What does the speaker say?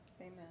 Amen